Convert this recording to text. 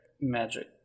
Magic